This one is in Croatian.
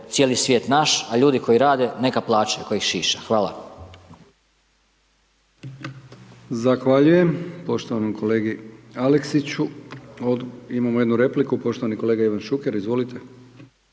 cijeli svijet naš, a ljudi koji rade, neka plaćaju, tko ih šiša. Hvala.